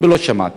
ולא שמעתי.